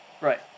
Right